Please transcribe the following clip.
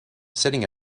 sitting